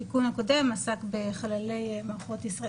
התיקון הקודם עסק בחללי מערכות ישראל,